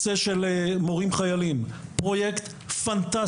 פרויקט המורים החיילים הוא פנטסטי,